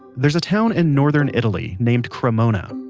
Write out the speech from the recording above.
there's a town in northern italy named cremona.